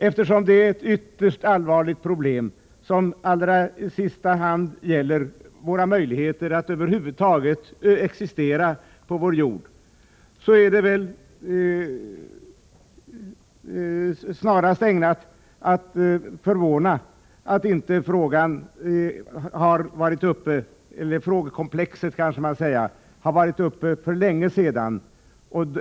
Eftersom det är ett ytterst allvarligt problem, som i allra sista hand gäller våra möjligheter att över huvud taget existera på vår jord, är det väl snarast ägnat att förvåna att inte frågekomplexet har varit uppe till debatt för länge sedan.